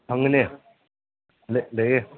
ꯐꯪꯒꯅꯤ ꯂꯩꯌꯦ